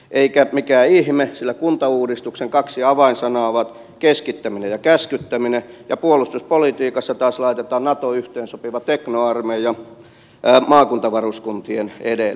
eikä mikään ihme sillä kuntauudistuksen kaksi avainsanaa ovat keskittäminen ja käskyttäminen ja puolustuspolitiikassa taas laitetaan nato yhteensopiva teknoarmeija maakuntavaruskuntien edelle